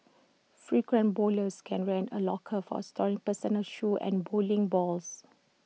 frequent bowlers can rent A locker for storing personal shoes and bowling balls